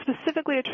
specifically